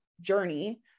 journey